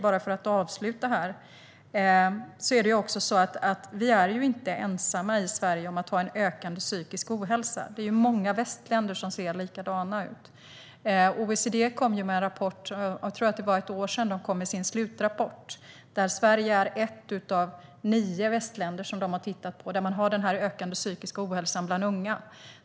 Avslutningsvis är vi inte ensamma i Sverige om att ha en ökande psykisk ohälsa. Det ser likadant ut i många andra västländer. Jag tror att det var för ett år sedan som OECD kom med sin slutrapport. Sverige är ett av nio västländer som de har tittat på som har denna ökande psykiska ohälsa bland unga.